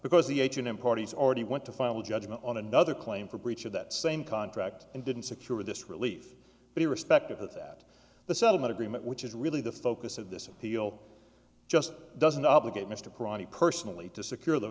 because the h and m parties already went to final judgment on another claim for breach of that same contract and didn't secure this relief but irrespective of that the settlement agreement which is really the focus of this appeal just doesn't obligate mr crotty personally to secure th